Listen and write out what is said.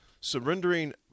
surrendering